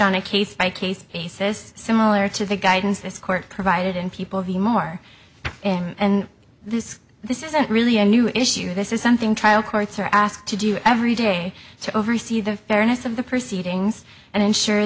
on a case by case basis similar to the guidance this court provided in people v more and this this isn't really a new issue this is something trial courts are asked to do every day to oversee the fairness of the proceedings and ensure